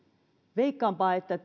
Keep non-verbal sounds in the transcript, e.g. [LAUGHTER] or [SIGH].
veikkaanpa että [UNINTELLIGIBLE]